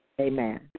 Amen